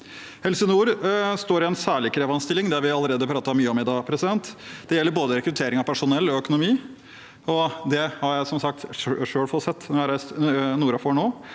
Helse nord står i en særlig krevende stilling – det har vi allerede pratet mye om i dag. Det gjelder både rekruttering av personell og økonomi, og det har jeg som sagt selv